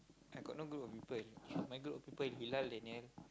I got no group of people my group of people we rely on Daniel